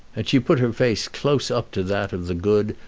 and she put her face close up to that of the good,